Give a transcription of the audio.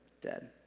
dead